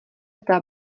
zda